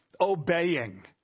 Obeying